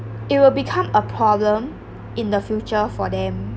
it will become a problem in the future for them